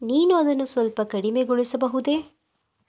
ನೀನು ಅದನ್ನು ಸ್ವಲ್ಪ ಕಡಿಮೆಗೊಳಿಸಬಹುದೇ